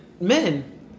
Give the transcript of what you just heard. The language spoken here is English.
men